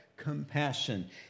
compassion